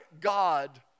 God